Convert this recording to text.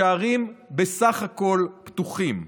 השערים בסך הכול פתוחים,